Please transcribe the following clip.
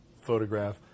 photograph